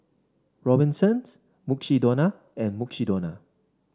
Robinsons Mukshidonna and Mukshidonna